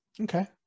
Okay